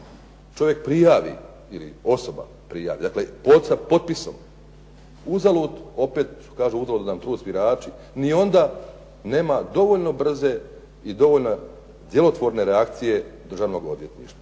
čovjek prijavi ili osoba prijavi, sa potpisom, uzalud opet, što kažu, uzalud nam trud svirači ni onda nema dovoljno brze i djelotvorne reakcije Državnog odvjetništva.